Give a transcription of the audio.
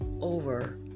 over